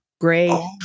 great